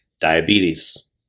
diabetes